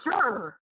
Sure